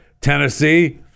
Tennessee